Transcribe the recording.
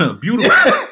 Beautiful